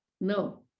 No